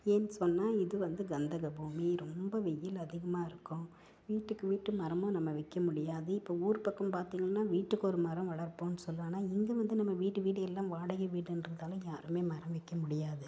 ஏன்னெனு சொன்னால் இது வந்து கந்தகபூமி ரொம்ப வெயில் அதிகமாக இருக்கும் வீட்டுக்கு வீட்டு மரமும் நம்ம வைக்க முடியாது இப்போ ஊர் பக்கம் பார்த்தீங்கன்னா வீட்டுக்கு ஒரு மரம் வளர்ப்போம்னு சொல்லுவோம் ஆனால் இங்கே வந்து நம்ம வீட்டு வீடு எல்லாம் வாடகை வீடுகிறதால யாருமே மரம் வைக்க முடியாது